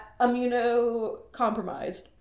Immunocompromised